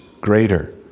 greater